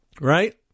right